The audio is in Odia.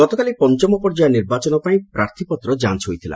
ଗତକାଲି ପଞ୍ଚମ ପର୍ଯ୍ୟାୟ ନିର୍ବାଚନ ପାଇଁ ପ୍ରାର୍ଥପତ୍ର ଯାଞ୍ଚ ହୋଇଥିଲା